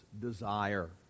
desire